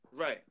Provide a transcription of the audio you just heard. right